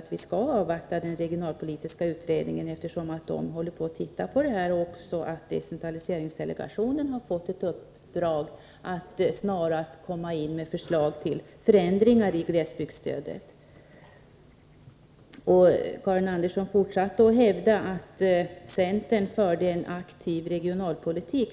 att vi skall avvakta den regionalpolitiska utredningen, som håller på att studera den frågan. Dessutom har decentraliseringsdelegationen fått i uppdrag att snarast lägga fram förslag till förändringar av glesbygdsstödet. Karin Andersson fortsatte att hävda att centern fört en aktiv regionalpolitik.